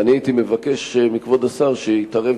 ואני הייתי מבקש מכבוד השר שיתערב